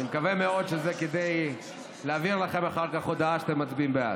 אני מקווה מאוד שזה כדי להעביר לכם אחר כך הודעה שאתם מצביעים בעד.